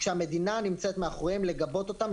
כשהמדינה נמצאת מאחוריהן לגבות אותן,